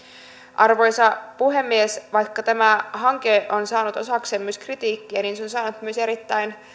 arvoisa puhemies vaikka tämä hanke on saanut osakseen myös kritiikkiä se on saanut myös erittäin